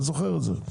אני זוכר את זה.